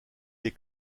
des